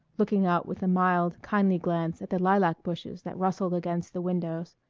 looking out with a mild, kindly glance at the lilac bushes that rustled against the windows,